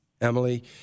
Emily